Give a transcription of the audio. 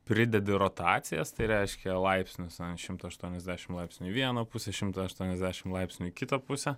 pridedi rotacijas tai reiškia laipsnius šimtą aštuoniasdešimt laipsnių į vieną pusę šimtą aštuoniasdešimt laipsnių į kitą pusę